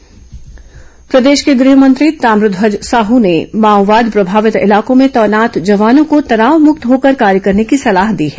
गृह मंत्री बैठक प्रदेश के गृहमंत्री ताम्रध्वज साहू ने माओवाद प्रभावित इलाकों में तैनात जवानों को तनाव मुक्त होकर कार्य करने की सलाह दी है